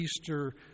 Easter